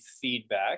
feedback